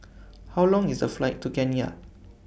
How Long IS The Flight to Kenya